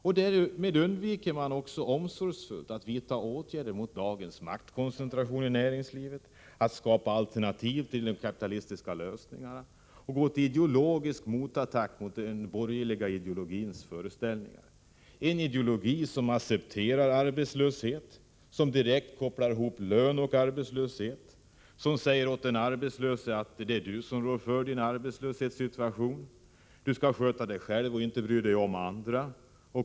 Därmed undviker man också omsorgsfullt att vidta åtgärder mot dagens maktkoncentration i näringslivet, att skapa alternativ till de kapitalistiska lösningarna och att gå till ideologisk motattack mot den borgerliga ideologins föreställningar. Det är en ideologi där man accepterar arbetslöshet, direkt kopplar ihop lön och arbetslöshet och säger åt den arbetslöse att det är du själv som rår för din arbetslöshetssituation och att du skall sköta dig själv och inte bry dig om andra.